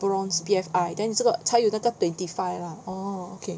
bronze B_F_I then 你这个才有那个 twenty five lah oh okay